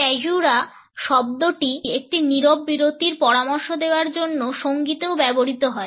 caesura শব্দটি একটি নীরব বিরতির পরামর্শ দেওয়ার জন্য সঙ্গীতেও ব্যবহৃত হয়